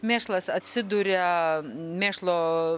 mėšlas atsiduria mėšlo